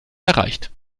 erreicht